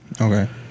okay